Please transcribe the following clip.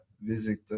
visit